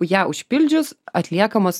ją užpildžius atliekamas